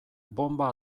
bonba